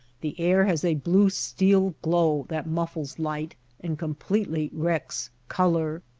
the air has a blue-steel glow that muffles light and completely wrecks color.